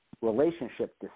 relationship